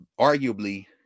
Arguably